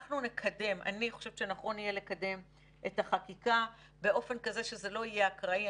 אני חושבת שנכון יהיה לקדם את החקיקה באופן כזה שלא יהיה אקראי.